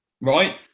right